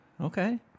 Okay